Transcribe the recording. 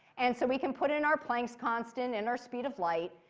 and so we can put in our planck's constant and our speed of light.